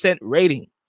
rating